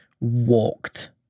walked